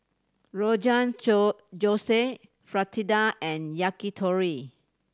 Rogan Josh Fritada and Yakitori